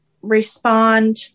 respond